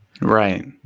Right